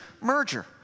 merger